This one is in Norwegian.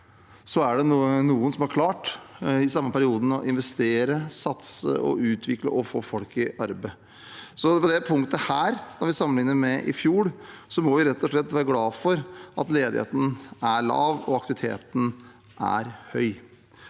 er det noen som i samme perioden har klart å investere, satse og utvikle og få folk i arbeid. På dette punktet, når vi sammenligner med i fjor, må vi rett og slett være glad for at ledigheten er lav og aktiviteten høy.